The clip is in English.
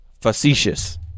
Facetious